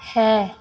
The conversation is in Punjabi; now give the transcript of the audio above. ਹੈ